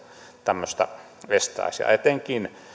tämmöistä estäisi etenkin